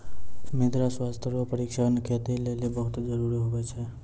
मृदा स्वास्थ्य रो परीक्षण खेती लेली बहुत जरूरी हुवै छै